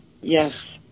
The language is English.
Yes